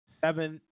Seven